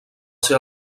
ser